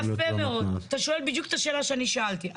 יפה מאוד, אתה שואל בדיוק את השאלות שאני שאלתי.